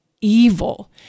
evil